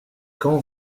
quand